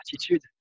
attitude